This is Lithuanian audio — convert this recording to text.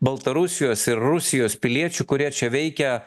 baltarusijos ir rusijos piliečių kurie čia veikia